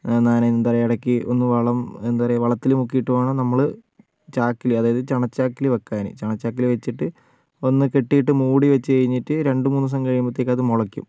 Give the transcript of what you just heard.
ഞാൻ എന്താ ഇടയ്ക്ക് ഒന്ന് വളം എന്താ പറയുക വളത്തിൽ മുക്കിയിട്ട് വേണം നമ്മൾ ചാക്കിൽ അതായത് ചണച്ചാക്കിൽ വയ്ക്കാൻ ചണച്ചാക്കിൽ വച്ചിട്ട് ഒന്നു കെട്ടിയിട്ട് മൂടി വച്ചു കഴിഞ്ഞിട്ട് രണ്ട് മൂന്ന് ദിവസം കഴിയുമ്പോഴത്തേക്ക് അത് മുളയ്ക്കും